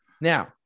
Now